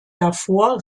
davor